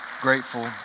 grateful